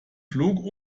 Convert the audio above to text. flug